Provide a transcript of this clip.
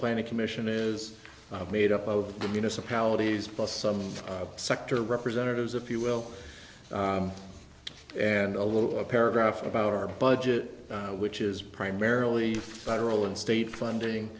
planning commission is made up of the municipalities plus some sector representatives if you will and a little paragraph about our budget which is primarily federal and state funding